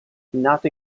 nato